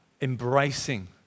embracing